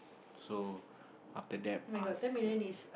so after that us